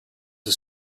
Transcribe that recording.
his